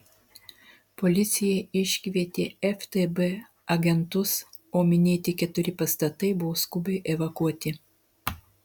policija iškvietė ftb agentus o minėti keturi pastatai buvo skubiai evakuoti